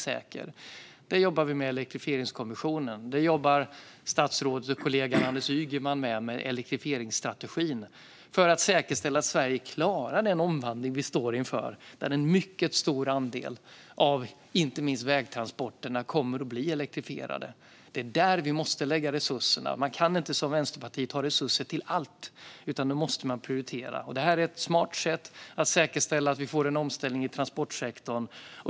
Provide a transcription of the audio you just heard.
Detta jobbar vi med i Elektrifieringskommissionen. Detta jobbar också statsrådskollegan Anders Ygeman med i samband med elektrifieringsstrategin för att säkerställa att vi i Sverige klarar den omvandling vi står inför, där en mycket stor andel av inte minst vägtransporterna kommer att bli elektrifierad. Det är där vi måste lägga resurserna. Man kan inte, som Vänsterpartiet, ha resurser till allt, utan man måste prioritera. Detta är ett smart sätt att säkerställa att vi får en omställning i transportsektorn.